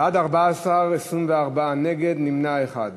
בעד, 14, 24 נגד, נמנע אחד.